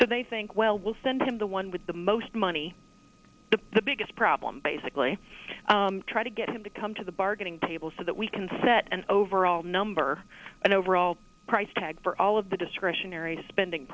so they think well we'll send him the one with the most money but the biggest problem basically try to get him to come to the bargaining table so that we can set an overall number an overall price tag for all of the discretionary spending